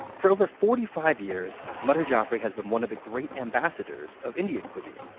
for over forty five years, madhur jaffrey has been one of the great ambassadors of indian cuisine.